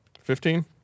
Fifteen